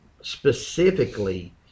specifically